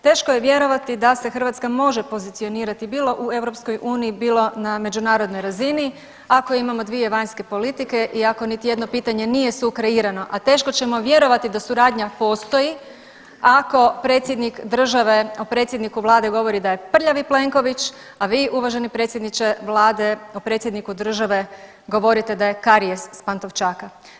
Teško je vjerovati da se Hrvatska može pozicionirati bilo u EU, bilo na međunarodnoj razini ako imamo dvije vanjske politike i ako niti jedno pitanje nije sukreirano, a teško ćemo vjerovati da suradnja postoji ako predsjednik države predsjedniku vlade govori da je prljavi Plenković, a vi uvaženi predsjedniče vlade predsjedniku države govorite da je karijes s Pantovčaka.